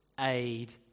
aid